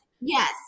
Yes